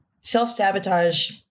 self-sabotage